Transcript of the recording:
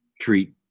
treat